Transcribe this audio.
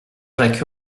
jacques